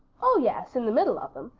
oh, yes, in the middle of them.